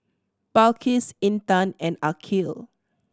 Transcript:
Balqis Intan and Aqil